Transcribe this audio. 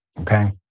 okay